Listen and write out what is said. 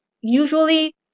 usually